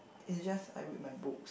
it's just I read my books